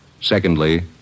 Secondly